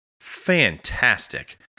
fantastic